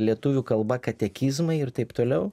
lietuvių kalba katekizmai ir taip toliau